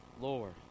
Lord